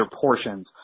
portions